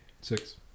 Six